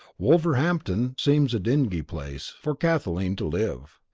wolverhampton seems a dingy place for kathleen to live!